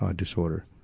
ah disorder.